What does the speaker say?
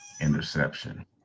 interception